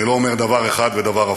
אני לא אומר דבר אחד ודבר הפוך.